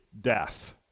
death